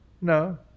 No